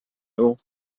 rule